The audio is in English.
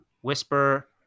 whisper